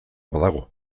badago